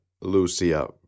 Lucia